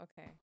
okay